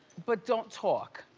but don't talk.